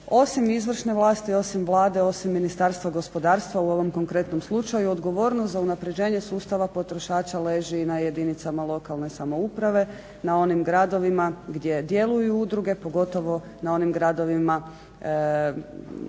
osim izvršne vlasti, osim vlade, osim Ministarstva gospodarstva u ovom konkretnom slučaju odgovornost za unapređenje sustava potrošača leži na jedinicama lokalne samouprave na onim gradovima gdje djeluju udruge pogotovo na onim gradovima